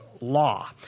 law